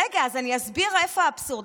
רגע, אני אסביר איפה האבסורד.